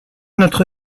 notre